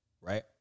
right